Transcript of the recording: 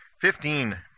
Fifteen